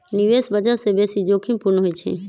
निवेश बचत से बेशी जोखिम पूर्ण होइ छइ